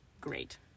great